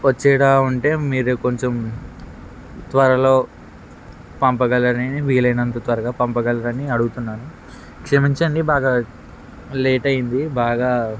వచ్చేలా ఉంటే మీరు కొంచెం త్వరలో పంపగలరని వీలైనంత త్వరగా పంపగలరని అడుగుతున్నాను క్షమించండి బాగా లేట్ అయింది బాగా